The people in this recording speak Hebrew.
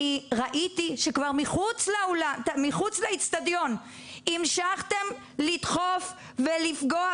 אני ראיתי שמחוץ לאצטדיון המשכתם לדחוף ולפגוע.